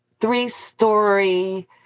three-story